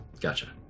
gotcha